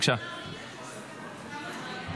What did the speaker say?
תוך כדי.